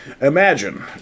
Imagine